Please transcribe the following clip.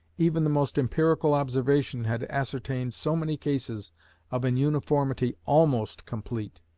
even the most empirical observation had ascertained so many cases of an uniformity almost complete,